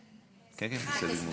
אני מתנצלת שאני, כן, כן, בסדר גמור.